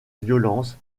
violence